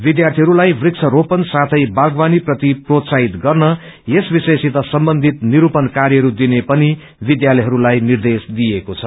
विद्यार्थीहरूलाई वृक्ष रोपण साथै बागवानी प्रति प्रोत्साहित गर्न यस विषयसित सम्बन्धित निरूपण कार्यहरू दिने पनि विद्यालयहरूलाई निर्देश दिइएको छ